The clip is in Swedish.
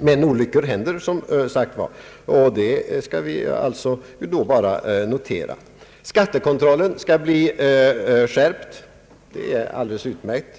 Men olyckor händer, som sagt var. Det skall vi då bara notera. Skattekontrollen skall skärpas. Det är alldeles utmärkt.